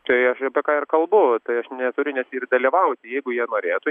tai aš apie ką ir kalbu tai aš neturiu net ir dalyvauti jeigu jie norėtų